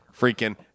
freaking